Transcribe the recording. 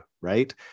right